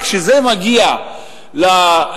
רק שכשזה מגיע להוצאות,